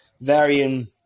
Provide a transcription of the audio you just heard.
varying